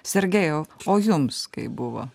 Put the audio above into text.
sergejau o jums kaip buvo